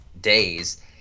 days